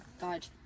God